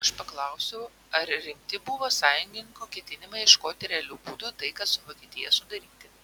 aš paklausiau ar rimti buvo sąjungininkų ketinimai ieškoti realių būdų taiką su vokietija sudaryti